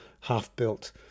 half-built